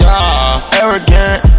Arrogant